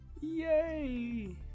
Yay